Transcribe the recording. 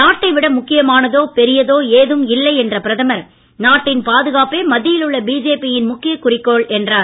நாட்டை விட முக்கியமானதோ பெரியதோ ஏதுமில்லை என்ற பிரதமர் நாட்டின் பாதுகாப்பே மத்தியில் உள்ள பிஜேபியின் முக்கிய குறிக்கோள் என்றார்